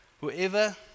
whoever